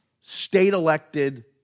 state-elected